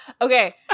Okay